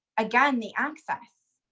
again the access.